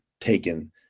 taken